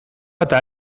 eta